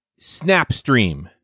Snapstream